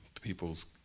people's